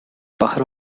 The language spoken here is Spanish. pájaro